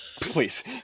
Please